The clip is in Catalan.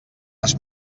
has